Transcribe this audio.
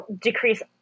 decrease